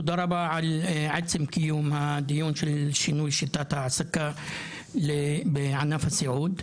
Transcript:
תודה רבה על עצם קיום הדיון על שינוי שיטת ההעסקה בענף הסיעוד.